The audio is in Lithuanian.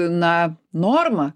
na norma